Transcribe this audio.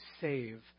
save